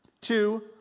two